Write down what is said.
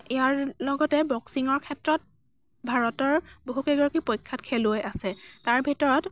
ইয়াৰ লগতে বক্সিঙৰ ক্ষেত্ৰত ভাৰতৰ বহুকেইগৰাকী প্ৰখ্য়াত খেলুৱৈ আছে তাৰ ভিতৰত